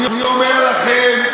אני אומר לכם,